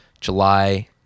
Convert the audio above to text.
july